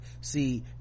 see